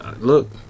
look